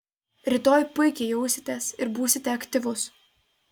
rytoj puikiai jausitės ir būsite aktyvus